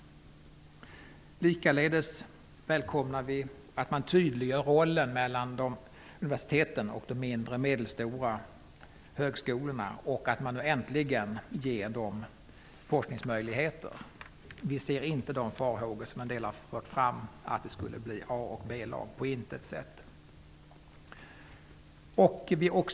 Vi välkomnar likaledes att man tydliggör rollen mellan universiteten och de mindre och medelstora högskolorna och att man äntligen ger dem forskningsmöjligheter. Vi har på intet sätt sett de farhågor som en del har fört fram om att det skulle bli ett A och B-lag.